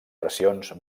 pressions